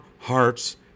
hearts